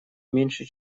меньше